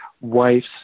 wife's